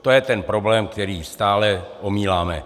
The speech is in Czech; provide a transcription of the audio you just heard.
To je ten problém, který stále omíláme.